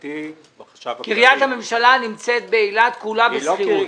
קריית הממשלה שנמצאת באילת כולה בשכירות.